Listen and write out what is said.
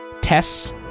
tests